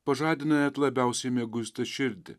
pažadina net labiausiai mieguistą širdį